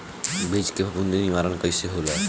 बीज के फफूंदी निवारण कईसे होला?